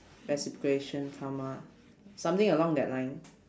reciprocation karma something along that line